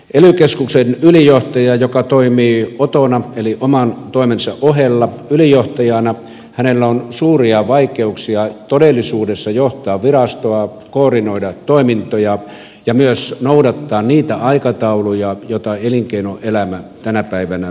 ely keskuksen ylijohtajalla joka toimii otona eli oman toimensa ohella ylijohtajana on suuria vaikeuksia todellisuudessa johtaa virastoa koordinoida toimintoja ja myös noudattaa niitä aikatauluja joita elinkeinoelämä tänä päivänä tarvitsee